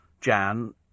Jan